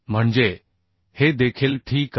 म्हणजे हे देखील ठीक आहे